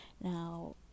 now